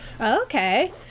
Okay